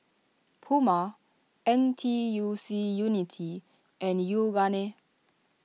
Puma N T U C Unity and Yoogane